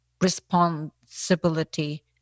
responsibility